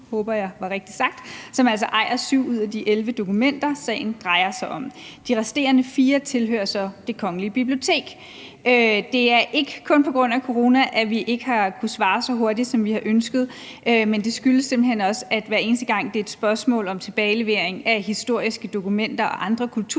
ejer 7 ud af de 11 dokumenter, sagen drejer sig om. De resterende 4 tilhører så Det Kongelige Bibliotek. Det er ikke kun på grund af corona, at vi ikke har kunnet svare så hurtigt, som vi havde ønsket, men det skyldes simpelt hen også, at hver eneste gang det er et spørgsmål om tilbagelevering af historiske dokumenter og andre kulturskatte,